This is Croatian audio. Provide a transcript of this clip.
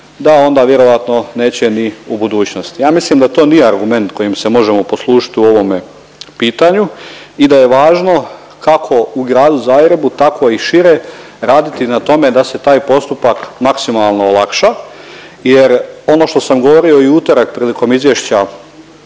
da onda vjerojatno neće ni u budućnosti. Ja mislim da to nije argument s kojim se možemo poslužiti u ovome pitanju i da je važno kako u Gradu Zagrebu tako i šire raditi na tome da se taj postupak maksimalno olakša jer ono što sam govorio i u utorak prilikom izvješća